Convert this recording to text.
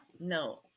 No